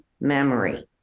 memory